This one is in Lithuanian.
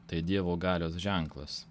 tai dievo galios ženklas